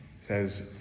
says